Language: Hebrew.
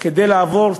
כדי לעבור צו-צו,